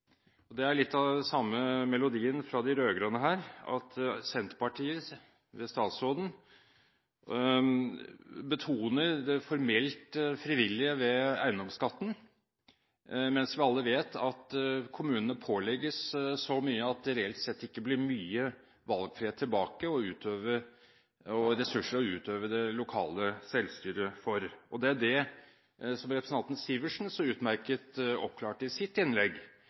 Det er litt av den samme melodien fra de rød-grønne her, at Senterpartiet ved statsråden betoner det formelt frivillige ved eiendomsskatten, mens vi alle vet at kommunene pålegges så mye at det reelt sett ikke blir mye valgfrihet når det gjelder ressurser til å utøve det lokale selvstyret. Det var det representanten Sivertsen så utmerket oppklarte i sitt innlegg,